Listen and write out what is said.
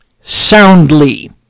Soundly